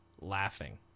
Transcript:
laughing